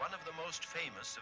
one of the most famous